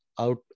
out